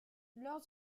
leurs